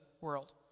world